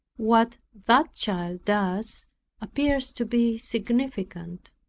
what that child does appears to be significant.